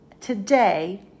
today